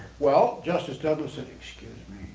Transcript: well justice douglas said excuse